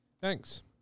Thanks